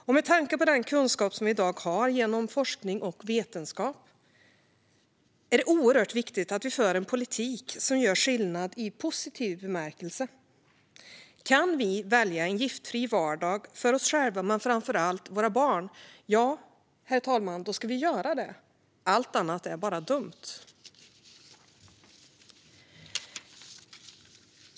Och med tanke på den kunskap som vi i dag har genom forskning och vetenskap är det oerhört viktigt att vi för en politik som gör skillnad i positiv bemärkelse. Kan vi välja en giftfri vardag för oss själva men framför allt för våra barn, ja, herr talman, då ska vi göra det. Allt annat är bara dumt.